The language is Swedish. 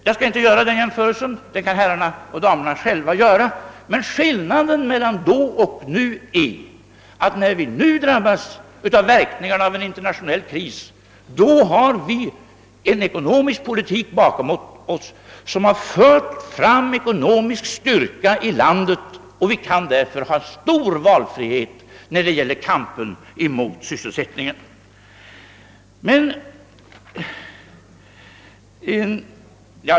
Jag skall inte göra den jämförelsen — den kan herrarna och damerna själva göra — men skillnaden mellan då och nu är att när vi nu drabbats av verkningarna av en internationell kris har vi en ekonomisk politik bakom oss som har fört fram ekonomisk styrka i landet. Vi har därför stor valfrihet när det gäller kampen mot arbetslösheten.